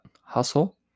hustle